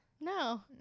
No